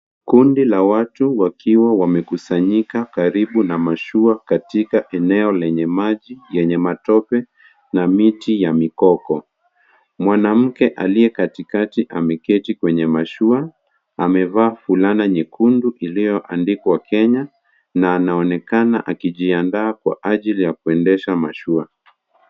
Kundi la watu wakiwa wamekusanyika karibu na mashua katika eneo lenye maji yenye matope na miti ya mikoko. Mwanamke aliye katikati ameketi kwenye mashua, amevaa fulana nyekundu iliyoandikwa Kenya na anaonekana akijiandaa kwa ajili ya kuendesha mashua.